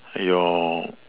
your